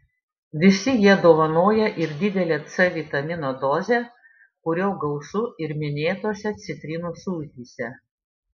visi jie dovanoja ir didelę c vitamino dozę kurio gausu ir minėtose citrinų sultyse